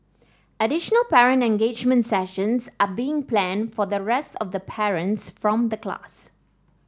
additional parent engagement sessions are being planned for the rest of the parents from the class